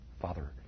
Father